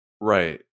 Right